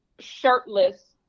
Shirtless